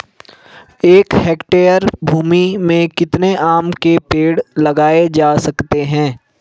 एक हेक्टेयर भूमि में कितने आम के पेड़ लगाए जा सकते हैं?